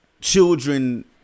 children